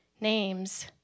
names